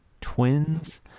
Twins